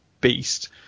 beast